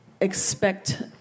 expect